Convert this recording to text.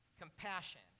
compassion